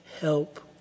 help